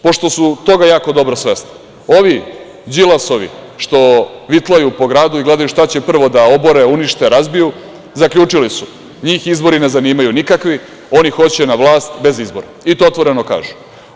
Pošto su toga jako dobro svesni, ovi Đilasovi što vitlaju po gradu i gledaju šta će prvo da obore, unište, razbiju, zaključili su – njih izbori ne zanimaju nikakvi, oni hoće na vlast bez izbora, i to otvoreno kažu.